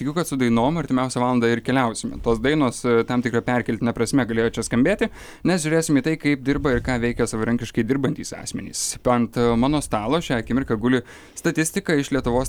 tikiu kad su dainom artimiausią valandą ir keliausime tos dainos tam tikra perkeltine prasme galėjo čia skambėti nes žiūrėsim į tai kaip dirba ir ką veikia savarankiškai dirbantys asmenys ant mano stalo šią akimirką guli statistika iš lietuvos